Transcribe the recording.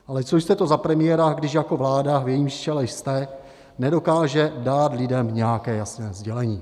Ale co jste to za premiéra, když jako vláda, v jejímž čele jste, nedokáže dát lidem nějaké jasné sdělení?